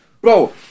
Bro